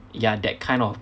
ya that kind of